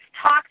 talk